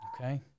Okay